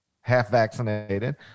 half-vaccinated